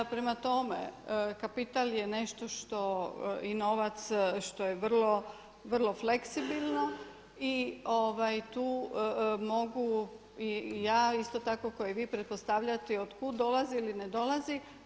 Prema tome, kapital je nešto što i novac što je vrlo, vrlo fleksibilno i tu mogu i ja isto tako kao i vi pretpostavljati od kud dolazi ili ne dolazi.